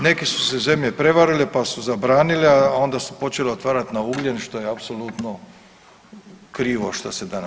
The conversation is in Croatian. Neke su se zemlje prevarile, pa su zabranile, a onda su počele otvarat na ugljen šta je apsolutno krivo što se danas…